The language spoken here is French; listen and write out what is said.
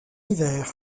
hiver